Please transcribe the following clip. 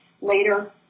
later